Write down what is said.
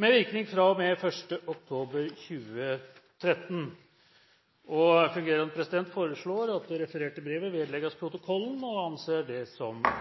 med virkning fra og med 1. oktober 2013.» Presidenten foreslår at det refererte brevet vedlegges protokollen – og anser det som